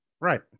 Right